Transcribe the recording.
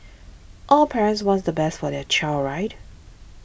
all parents want the best for their child right